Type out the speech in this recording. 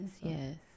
Yes